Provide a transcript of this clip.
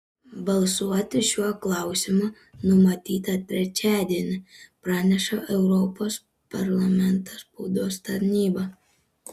balsuoti šiuo klausimu numatyta trečiadienį praneša europos parlamento spaudos tarnyba